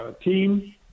team